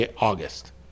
August